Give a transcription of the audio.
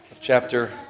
chapter